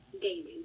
gaming